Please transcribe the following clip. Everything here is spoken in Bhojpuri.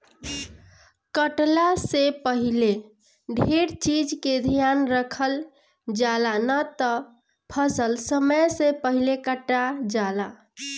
कटला से पहिले ढेर चीज के ध्यान रखल जाला, ना त फसल समय से पहिले कटा जाला